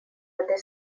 этой